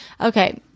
Okay